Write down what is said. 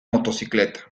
motocicleta